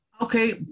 Okay